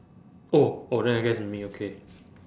oh oh then I guess it's me okay